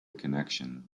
connection